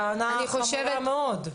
טענה חמורה מאוד.